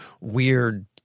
weird